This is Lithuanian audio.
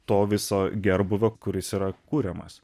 to viso gerbūvio kuris yra kuriamas